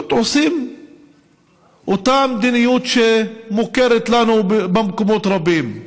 פשוט עושים את אותה מדיניות שמוכרת לנו במקומות רבים: